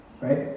Right